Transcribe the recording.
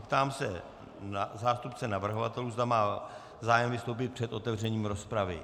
Ptám se zástupce navrhovatelů, zda má zájem vystoupit před otevřením rozpravy.